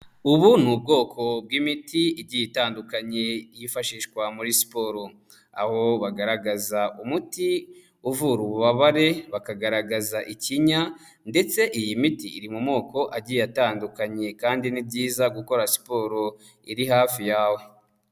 Ubu ni ubwoko bw'imiti igiye itandukanye yifashishwa muri siporo. Aho bagaragaza umuti uvura ububabare, bakagaragaza ikinya ndetse iyi miti iri mu moko agiye atandukanye kandi ni byiza gukora siporo iri hafi yawe.